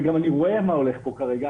וגם אני רואה מה הולך פה כרגע,